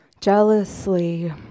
Jealously